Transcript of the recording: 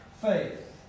faith